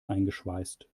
eingeschweißt